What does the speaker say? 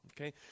Okay